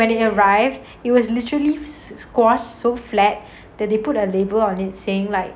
and when it arrived it was literally squash so flat that they put a label on it saying like